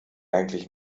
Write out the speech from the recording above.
eigentlich